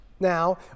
now